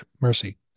mercy